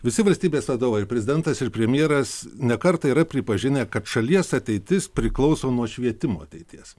visi valstybės vadovai prezidentas ir premjeras ne kartą yra pripažinę kad šalies ateitis priklauso nuo švietimo ateities